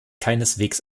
keineswegs